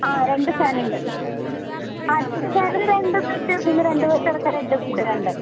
ആ രണ്ട് ഫാന്ണ്ട് ആ രണ്ട് ഫാന് രണ്ട് ബെഡ് നിങ്ങൾ രണ്ട് പേര് കിടക്കാൻ രണ്ട് ബെഡ്ഡ് വേണ്ടേ